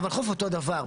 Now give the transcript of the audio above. והוולחו"פ אותו דבר.